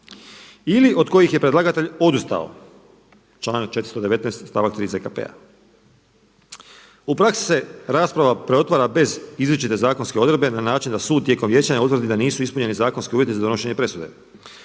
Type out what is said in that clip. ili od kojih je predlagatelj odustao, članak 419. stavak 3. ZKP-a. U praksi se rasprava preotvara bez izričite zakonske odredbe na način da sud tijekom vijećanja utvrdi da nisu ispunjeni zakonski uvjeti za donošenje presude.